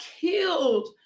killed